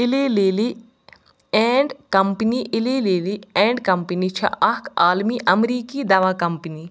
Eli Lilly and company Eli Lilly and company چھِ اکھ عالمی امریٖکی دوا کمپنی